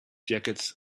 jackets